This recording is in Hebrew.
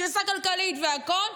קריסה כלכלית והכול,